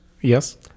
Yes